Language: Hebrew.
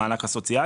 המענק הסוציאלי.